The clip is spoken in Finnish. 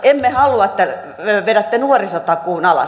emme halua että vedätte nuorisotakuun alas